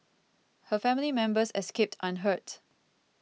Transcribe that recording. her family members escaped unhurt